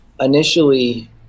Initially